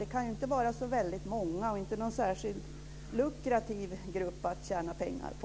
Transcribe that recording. Det kan ju inte var så väldigt många, och det är inte någon särskilt lukrativ grupp att tjäna pengar på.